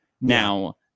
Now